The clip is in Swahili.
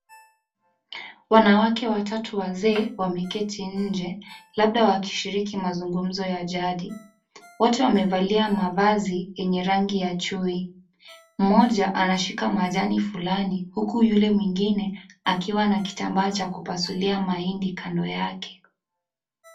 Wanawake watatu wazee wameketi nje, labda wakishiriki mazungumzo wa jadi. Wote wamevalia mavazi yenye rangi ya chui, mmoja anashika majani fulani huku yule mwingine akiwa na kitambaa cha kulasulia mahindi kando yake.